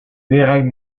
perak